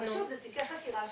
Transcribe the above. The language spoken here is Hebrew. שוב, זה תיקי חקירה שמבשילים,